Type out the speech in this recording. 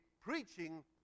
preaching